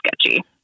sketchy